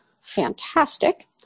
fantastic